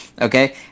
Okay